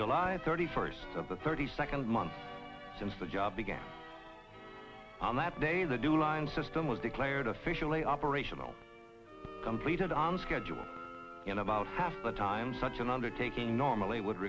live thirty first of the thirty second month since the job began on that day the do a line system was declared officially operational completed on schedule you know about half the time such an undertaking normally would